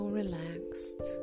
relaxed